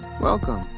Welcome